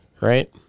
right